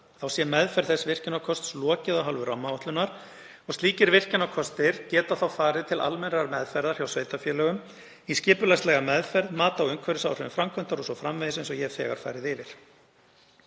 þá sé meðferð þess virkjunarkosts lokið af hálfu rammaáætlunar og slíkir virkjunarkostir geta þá farið til almennrar meðferðar hjá sveitarfélögum, í skipulagslega meðferð, mat á umhverfisáhrifum framkvæmdar o.s.frv., eins ég hef þegar farið yfir.